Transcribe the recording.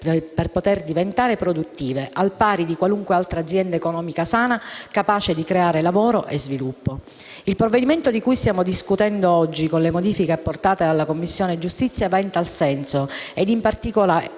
per poter diventare produttive al pari di qualunque altra azienda economica sana, capace di creare lavoro e sviluppo. Il provvedimento di cui stiamo discutendo oggi con le modifiche apportate dalla Commissione giustizia va in tal senso ed in particolare